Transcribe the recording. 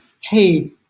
hey